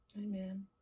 Amen